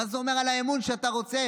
מה זה אומר על האמון שאתה רוצה?